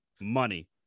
money